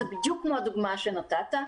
זה בדיוק כמו הדוגמה שנתת.